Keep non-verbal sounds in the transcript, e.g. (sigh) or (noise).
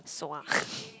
sua (laughs)